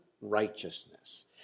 righteousness